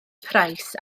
price